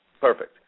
perfect